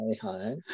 hi